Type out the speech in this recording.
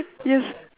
yes